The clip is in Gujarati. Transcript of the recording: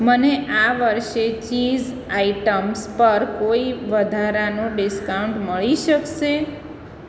મને આ વર્ષે ચીઝ આઇટમ્સ પર કોઈ વધારાનું ડિસ્કાઉન્ટ મળી શકશે